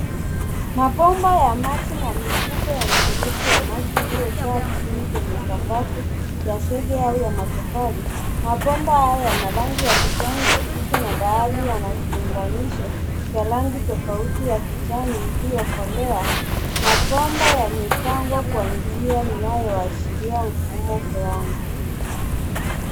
Mabomba ya maji na mifuko ya mifereji ya maji iliyojaa chini kwenye sakafu ya zege au ya matofali. Mabomba haya yana rangi ya kijani kibichi na baadhi yana viunganisho vya rangi tofauti ya kijani iliyokolea. Mabomba yamepangwa kwa njia inayoashiria mfumo fulani.